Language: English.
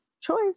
choice